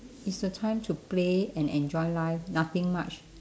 it's the time to play and enjoy life nothing much